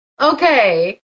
okay